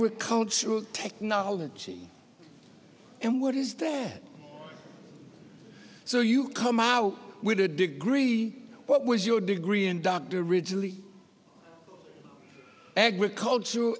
agricultural technology and what is that so you come out with a degree what was your degree induct originally agricultural